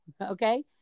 Okay